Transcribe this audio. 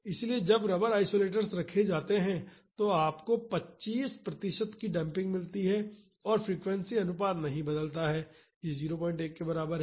इसलिए जब rubber isolators रखे जाते हैं तो आपको 25 प्रतिशत की डेम्पिंग मिलती है और फ्रीक्वेंसी अनुपात नहीं बदलता है यह 01 के बराबर है